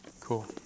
Cool